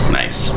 nice